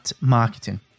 marketing